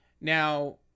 Now